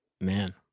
Man